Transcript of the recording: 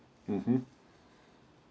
mmhmm